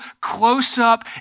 close-up